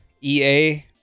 EA